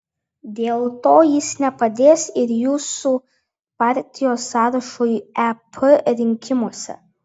dėl to jis nepadės ir jūsų partijos sąrašui ep rinkimuose